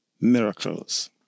miracles